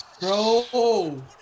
bro